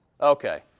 Okay